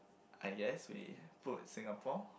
I guess we put Singapore